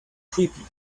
creepy